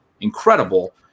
incredible